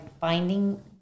Finding